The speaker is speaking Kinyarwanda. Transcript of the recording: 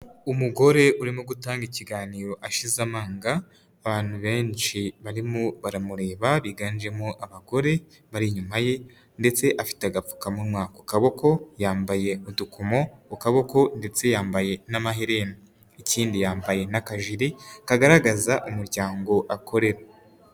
Umugore urimo gutanga ikiganiro ashize amanga, abantu benshi barimo baramureba biganjemo abagore bari inyuma ye ndetse afite agapfukamunwa ku kaboko, yambaye udukomo ku kaboko ndetse yambaye n'amaherena ikindi yambaye n'akajiri kagaragaza umuryango akorera.